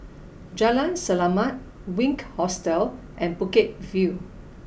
Jalan Selamat Wink Hostel and Bukit View